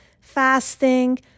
fasting